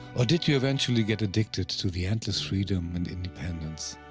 or did you eventually get addicted to the endless freedom and independence?